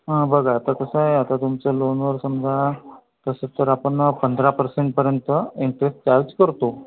हं बघा आता कसं आहे आता तुमचं लोनवर समजा तसं तर आपण पंधरा पर्सेंटपर्यंत इंटरेस्ट चार्ज करतो